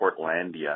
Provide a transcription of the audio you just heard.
Portlandia